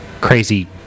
crazy